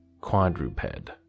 quadruped